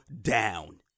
down